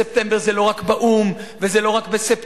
וספטמבר זה לא רק באו"ם וזה לא רק בספטמבר,